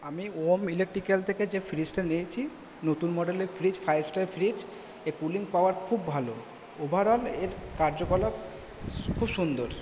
আমি ওম ইলেকট্রিকাল থেকে যে ফ্রিজটা নিয়েছি নতুন মডেলের ফ্রিজের ফাইভ স্টার ফ্রিজ এর কুলিং পাওয়ার খুব ভালো ওভারঅল এর কার্যকলাপ খুব সুন্দর